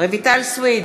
רויטל סויד,